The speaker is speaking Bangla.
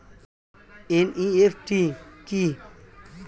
এন.ই.এফ.টি কি?